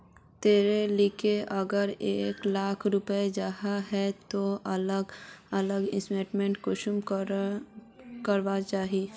तोर लिकी अगर एक लाख रुपया जाहा ते ती अलग अलग इन्वेस्टमेंट कुंसम करे करवा चाहचिस?